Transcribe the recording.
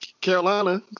Carolina